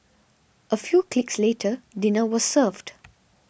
a few clicks later dinner was served